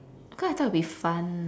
cause I thought it will be fun